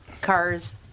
cars